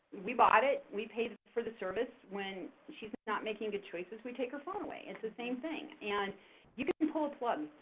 we bought it, we pay for the service when she's not making good choices we take her phone away, it's the same thing. and you can pull a plug,